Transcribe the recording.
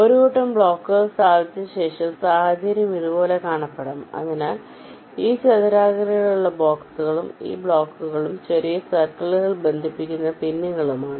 ഒരു കൂട്ടം ബ്ലോക്കുകൾ സ്ഥാപിച്ച ശേഷം സാഹചര്യം ഇതുപോലെ കാണപ്പെടാം അതിനാൽ ഈ ചതുരാകൃതിയിലുള്ള ബോക്സുകൾ ബ്ലോക്കുകളും ചെറിയ സർക്കിളുകൾ ബന്ധിപ്പിക്കേണ്ട പിന്നുകളുമാണ്